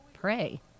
pray